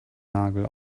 nagel